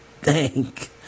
Thank